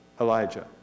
Elijah